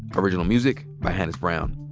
original music by hannis brown.